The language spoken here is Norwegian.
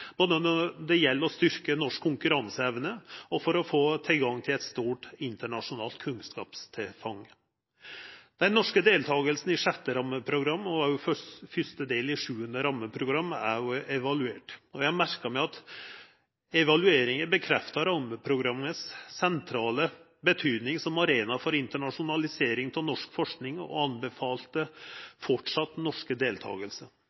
Det gjeld å styrkja norsk konkurranseevne, òg for å få tilgang til eit stort internasjonalt kunnskapstilfang. Den norske deltakinga i 6. rammeprogram og òg i fyrste del av 7. rammeprogram er evaluert, og eg har merka meg at evalueringa bekrefta den sentrale betydinga av rammeprogrammet som arena for internasjonalisering av norsk forsking, og